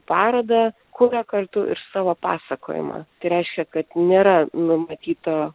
parodą kuria kartu ir savo pasakojimą tai reiškia kad nėra numatyto